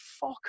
fuck